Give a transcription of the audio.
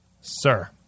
sir